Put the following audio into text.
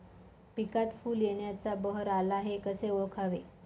पिकात फूल येण्याचा बहर आला हे कसे ओळखावे?